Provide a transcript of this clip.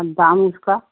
और दाम उसका